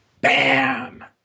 Bam